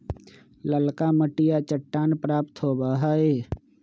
ललका मटिया चट्टान प्राप्त होबा हई